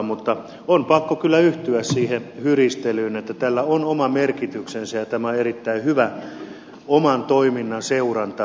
mutta on pakko kyllä yhtyä siihen hyristelyyn että tällä on oma merkityksensä ja tämä on erittäin hyvä oman toiminnan seurantaväline